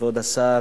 כבוד השר,